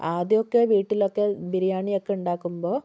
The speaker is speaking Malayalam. ആദ്യമൊക്കേ വീട്ടിലൊക്കേ ബിരിയാണിയൊക്കേ ഉണ്ടാക്കുമ്പോൾ